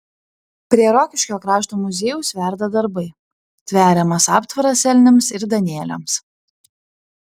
prie rokiškio krašto muziejaus verda darbai tveriamas aptvaras elniams ir danieliams